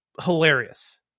hilarious